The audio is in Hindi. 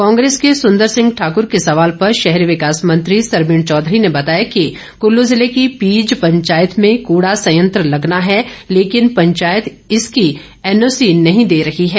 कांग्रेस के सुंदर सिंह ठाकुर के सवाल पर शहरी विकास मंत्री सरवीण चौधरी ने बताया कुल्लू जिले की पीज पंचायत में कूड़ा सयंत्र लगना है लेकिन पंचायत इसकी एनओसी नही दे रही है